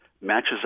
matches